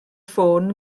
ffôn